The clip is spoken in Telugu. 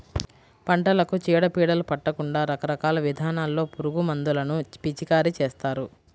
పంటలకు చీడ పీడలు పట్టకుండా రకరకాల విధానాల్లో పురుగుమందులను పిచికారీ చేస్తారు